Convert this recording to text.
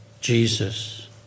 Jesus